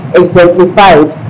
exemplified